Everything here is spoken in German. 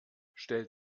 stellt